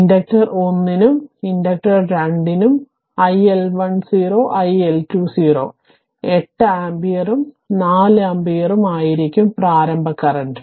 inductor 1 നും inductor 2 നും iL10 iL20 8 ആമ്പിയറും 4 ആമ്പിയറും ആയിരിക്കും പ്രാരംഭ കറന്റ്